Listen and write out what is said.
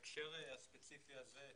בהקשר הספציפי הזה,